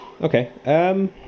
Okay